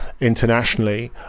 internationally